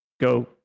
go